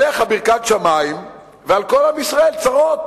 עליך ברכת שמים, ועל כל עם ישראל צרות.